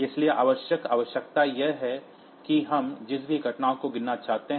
इसलिए आवश्यक आवश्यकता यह है कि हम जिस भी घटना को गिनना चाहते हैं